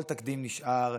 כל תקדים נשאר.